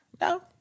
No